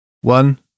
one